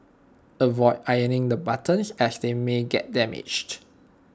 avoid ironing the buttons as they may get damaged